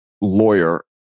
lawyer